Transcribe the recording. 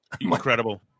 Incredible